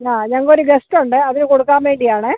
അ ഞങ്ങൾക്കൊരു ഗസ്റ്റൊണ്ടെ അതിന് കൊടുക്കാമ്മേണ്ടിയാണ്